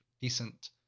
decent